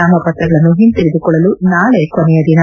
ನಾಮಪತ್ರಗಳನ್ನು ಹಿಂತೆಗೆದುಕೊಳ್ಳಲು ನಾಳೆ ಕೊನೆಯ ದಿನ